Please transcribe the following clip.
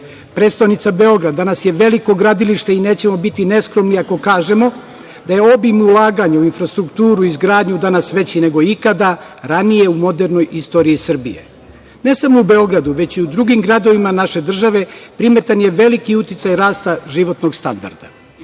Prestonica Beograd danas je veliko gradilište i nećemo biti neskromni ako kažemo da je obim ulaganja u infrastrukturu, izgradnju danas veći nego ikada ranije u modernoj istoriji Srbije. Ne samo u Beogradu, već i u drugim gradovima naše države primetan je veliki uticaj rasta životnog standarda.U